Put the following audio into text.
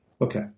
Okay